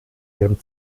ihrem